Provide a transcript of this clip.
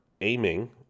aiming